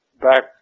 back